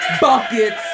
Buckets